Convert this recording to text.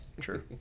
true